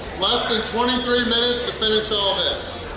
less than twenty three minutes to finish all this!